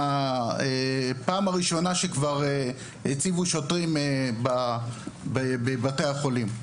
בפעם הראשונה שהציבו שוטרים בבתי החולים,